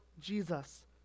Jesus